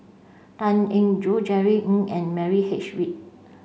Tan Eng Joo Jerry Ng and Milliam H Read